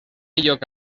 lloc